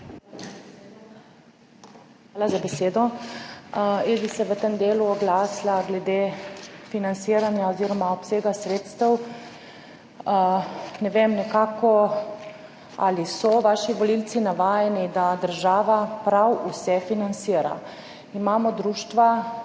Hvala za besedo. Jaz bi se v tem delu oglasila glede financiranja oziroma obsega sredstev. Ne vem nekako, ali so vaši volivci navajeni, da država prav vse financira. **40. TRAK: